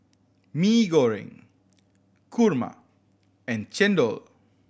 Mee Goreng kurma and chendol